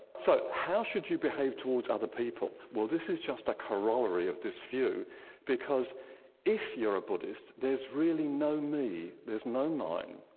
so how should you behave towards other people? well this is just a corollary of this view because if you're a buddhist there's really no me, there's no line.